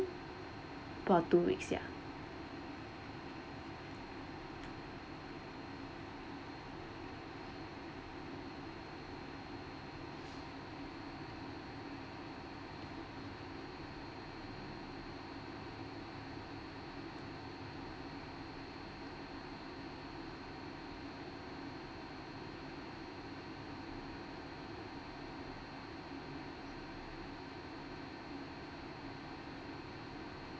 for two week ya